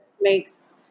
makes –